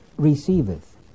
receiveth